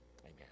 amen